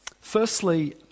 Firstly